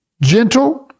gentle